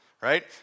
right